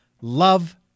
love